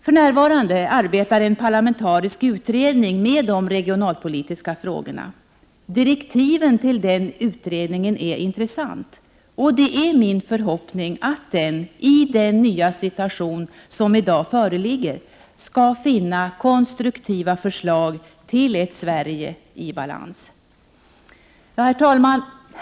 För närvarande arbetar en parlamentarisk utredning med de regionalpolitiska frågorna. Direktiven till den utredningen är intressanta, och det är min förhoppning att den i den nya situation som i dag föreligger skall finna konstruktiva förslag till ett Sverige i balans. Herr talman!